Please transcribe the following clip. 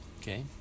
okay